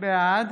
בעד